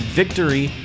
victory